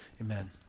amen